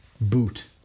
boot